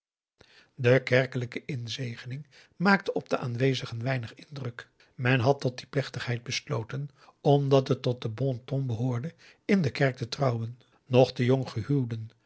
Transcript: de kerkelijke inzegening maakte op de aanwezigen weinig indruk men had tot die plechtigheid besloten omdat het tot den b o n t o n behoorde in de kerk te trouwen noch de